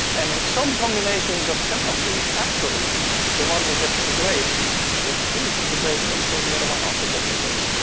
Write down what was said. and in some combinations of chimpanzees, actually the one who gets the grape refuses the grape until the other one also gets a grape.